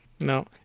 No